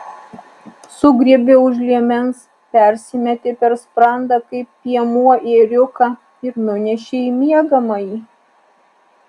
sugriebė už liemens persimetė per sprandą kaip piemuo ėriuką ir nunešė į miegamąjį